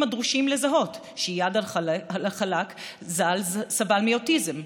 הדרושים לזהות שאיאד אלחלאק ז"ל סבל מאוטיזם,